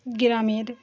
গ্রামের